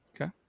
Okay